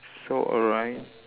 so alright